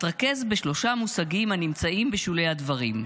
אתרכז בשלושה מושגים הנמצאים בשולי הדברים":